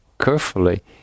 carefully